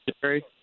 Jerry